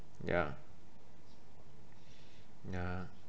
yeah yeah